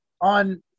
on